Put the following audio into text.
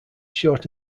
short